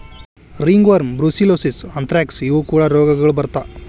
ringworm, brucellosis, anthrax ಇವು ಕೂಡಾ ರೋಗಗಳು ಬರತಾ